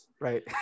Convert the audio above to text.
right